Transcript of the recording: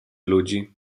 ludzi